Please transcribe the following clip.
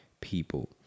people